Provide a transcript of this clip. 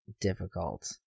difficult